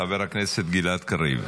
חבר הכנסת גלעד קריב,